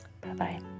Bye-bye